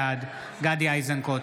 בעד גדי איזנקוט,